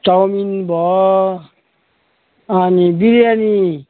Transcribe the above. chowmein भयो अनि बिरयानी